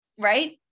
right